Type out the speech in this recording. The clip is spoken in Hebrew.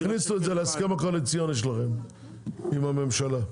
תכניסו את זה להסכם הקואליציוני שלכם עם הממשלה.